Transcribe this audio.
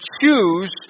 choose